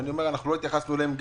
לא התייחסנו אליהם.